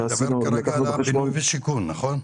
אתה מדבר כרגע על הבינוי ושיכון, נכון?